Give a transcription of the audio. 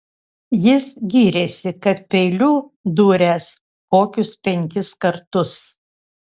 jis gyrėsi kad peiliu dūręs kokius penkis kartus